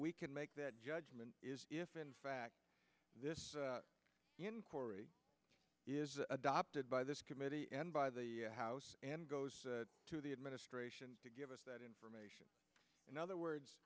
we can make that judgment is if in fact this inquiry is adopted by this committee and by the house and goes to the administration to give us that information in other words